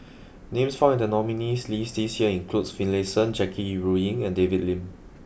names found in the nominees' list this year include Finlayson Jackie Yi Ru Ying and David Lim